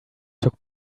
took